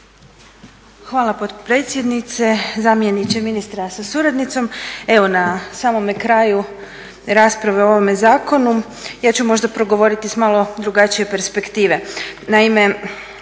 Hvala potpredsjednice, zamjeniče ministra sa suradnicom. Evo na samome kraju rasprave o ovome zakonu ja ću možda progovoriti iz malo drugačije perspektive.